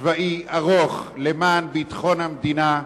צבאי ארוך למען ביטחון המדינה,